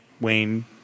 Wayne